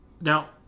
Now